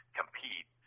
compete